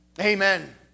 Amen